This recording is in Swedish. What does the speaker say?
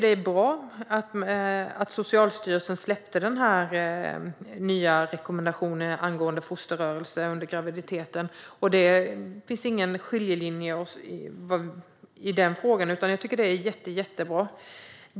Det är bra att Socialstyrelsen har släppt den nya rekommendationen angående fosterrörelser under graviditeten. Det finns ingen skiljelinje mellan mig och Annika Strandhäll i den frågan. Det är jättebra.